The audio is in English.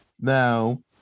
Now